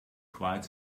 quite